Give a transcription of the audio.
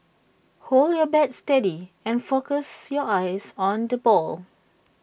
hold your bat steady and focus your eyes on the ball